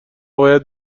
باید